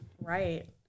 Right